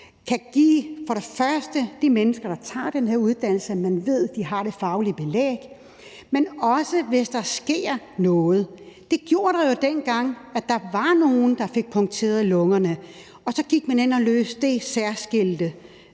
kan give de mennesker, der tager den her uddannelse, det faglige belæg, i forhold til at man ved, de har det, men også, hvis der sker noget. Det gjorde der jo, dengang der var nogle, der fik punkteret lungerne, og så gik man ind og løste det særskilte